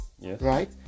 Right